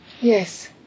Yes